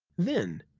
then,